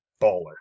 Baller